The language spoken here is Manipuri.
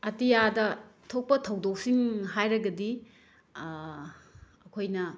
ꯑꯇꯤꯌꯥꯗ ꯊꯣꯛꯄ ꯊꯧꯗꯣꯛꯁꯤꯡ ꯍꯥꯏꯔꯒꯗꯤ ꯑꯩꯈꯣꯏꯅ